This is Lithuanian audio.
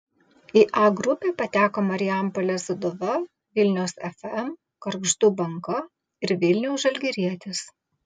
į a grupę pateko marijampolės sūduva vilniaus fm gargždų banga ir vilniaus žalgirietis